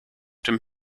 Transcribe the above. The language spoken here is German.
dem